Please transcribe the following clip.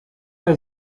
der